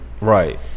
Right